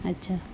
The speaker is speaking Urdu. اچھا